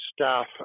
staff